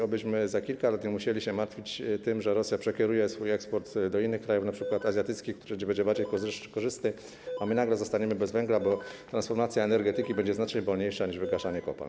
Obyśmy za kilka lat nie musieli się martwić tym, że Rosja przekieruje swój eksport do innych krajów, na przykład azjatyckich, gdzie będzie to bardziej korzystne, a my nagle zostaniemy bez węgla, bo transformacja energetyki będzie znacznie wolniejsza niż wygaszanie kopalń.